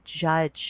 judge